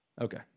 Okay